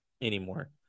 anymore